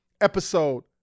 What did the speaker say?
episode